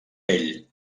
ell